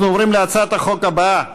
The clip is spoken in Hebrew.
אנחנו עוברים להצעת החוק הבאה,